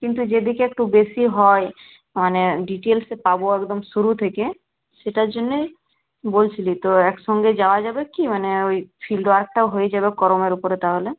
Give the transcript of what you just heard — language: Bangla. কিন্তু যে দিকে একটু বেশি হয় মানে ডিটেলসে পাবো একদম শুরু থেকে সেটার জন্যেই বলছিলাম তো একসঙ্গে যাওয়া যাবে কি মানে ওই ফিল্ড ওয়ার্কটাও হয়ে যাবে করমের উপরে তাহলে